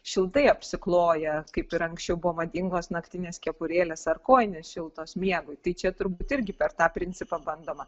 šiltai apsikloję kaip ir anksčiau buvo madingos naktinės kepurėlės ar kojinės šiltos miegui tai čia turbūt irgi per tą principą bandoma